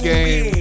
Game